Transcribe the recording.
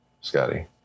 Scotty